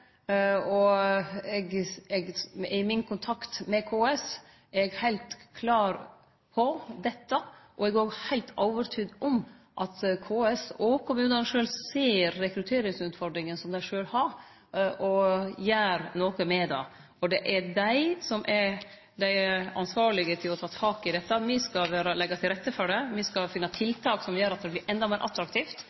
og at kommunane skal ta inn fleire. Eg kjem til å fortsetje med det trykket. I min kontakt med KS er eg heilt klar på dette, og eg er òg heilt overtydd om at KS og kommunane sjølve ser rekrutteringsutfordringa som dei har, og gjer noko med det. For det er dei som er dei ansvarlege til å ta tak i dette. Me skal leggje til rette for det, me skal finne tiltak som gjer at det blir endå meir attraktivt.